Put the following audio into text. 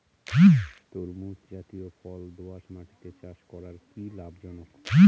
তরমুজ জাতিয় ফল দোঁয়াশ মাটিতে চাষ করা কি লাভজনক?